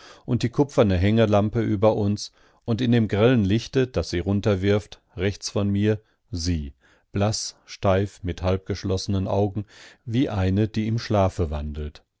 und die kupferne hängelampe über uns und in dem grellen lichte das sie runterwirft rechts von mir sie blaß steif mit halbgeschlossenen augen wie eine die im schlafe wandelt